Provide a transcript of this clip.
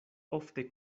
ofte